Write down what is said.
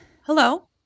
hello